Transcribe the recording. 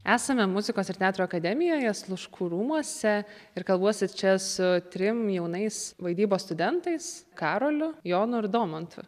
esame muzikos ir teatro akademijoje sluškų rūmuose ir kalbuosi čia su trim jaunais vaidybos studentais karoliu jonu ir domantu